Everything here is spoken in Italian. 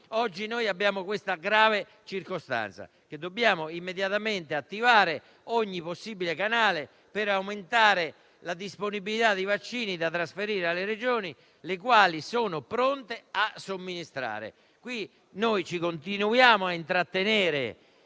di fronte ad una grave circostanza: dobbiamo immediatamente attivare ogni possibile canale per aumentare la disponibilità dei vaccini da trasferire alle Regioni, che sono pronte a somministrarli. Continuiamo a intrattenerci,